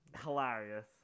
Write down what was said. hilarious